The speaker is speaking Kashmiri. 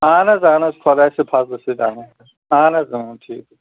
اَہَن حظ اَہَن حظ خدایہِ سٔنٛدِ فَضلہٕ سۭتۍ اَہَن حظ اَہَن حظ اۭں ٹھیٖک